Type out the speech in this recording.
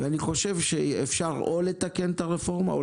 אני חושב שאפשר או לתקן את הרפורמה או